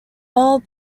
all